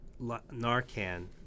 Narcan